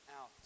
out